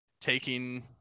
taking